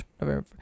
November